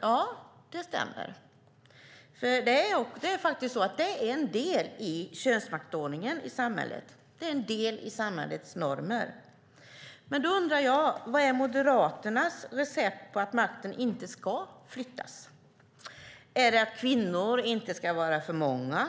Ja, det stämmer, och det är en del i könsmaktsordningen i samhället. Det är en del i samhällets normer. Då undrar jag vad som är Moderaternas recept för att makten inte ska flyttas. Är det att det inte ska vara för många